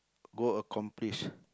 go accomplish